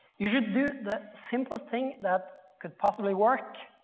you should do the simplest thing that could possibly work